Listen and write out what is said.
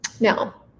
now